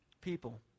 people